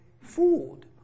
fooled